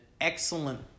excellent